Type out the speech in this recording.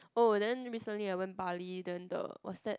oh then recently I went Bali then the what's that